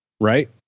Right